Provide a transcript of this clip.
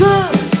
Good